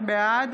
בעד